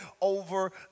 over